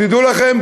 תדעו לכם,